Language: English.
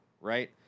right